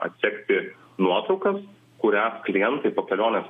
atsekti nuotraukas kurias klientai po kelionės